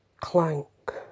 clank